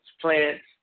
plants